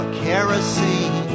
kerosene